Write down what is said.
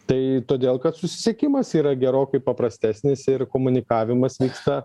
tai todėl kad susisiekimas yra gerokai paprastesnis ir komunikavimas vyksta